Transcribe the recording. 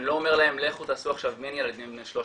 אני לא אומר להם "לכו תעשו עכשיו מין" לילדים בני 13,